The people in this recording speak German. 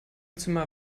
zimmer